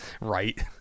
Right